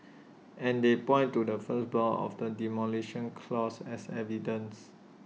and they point to the first block of the Demolition Clause as evidence